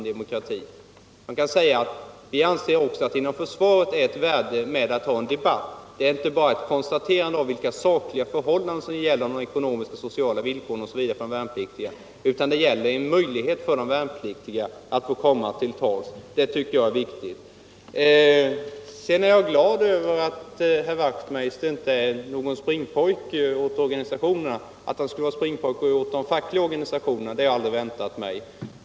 Vi anser också att det inom försvaret är av värde med att ha en debatt. I tidningen redogörs inte bara för vilka sakliga förhållanden som gäller i fråga om de ekonomiska och sociala villkoren för de värnpliktiga osv., utan de värnpliktiga får i tidningen en möjlighet att komma till tals. Det tycker jag är viktigt. Sedan är jag glad över att herr Wachtmeister inte är någon springpojke åt organisationerna. Att han skulle vara springpojke åt de fackliga organisationerna hade jag aldrig väntat mig.